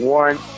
one